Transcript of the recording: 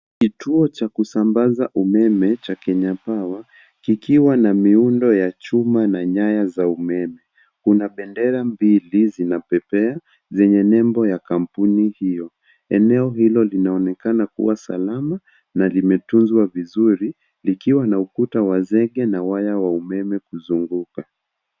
Kituo cha kusambaza umeme cha Kenya Power , kikiwa na miundo ya chuma na nyaya za umeme. Kuna bendera mbili zinapepea zenye nembo ya kampuni hiyo. Eneo hilo linaonekana kuwa salama na limetunzwa vizuri, likiwa na ukuta wa zege na waya kuzunguka.